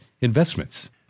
investments